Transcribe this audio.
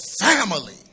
family